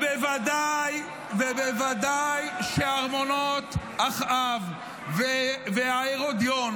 בוודאי ובוודאי שארמונות אחאב וההרודיון